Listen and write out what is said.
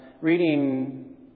reading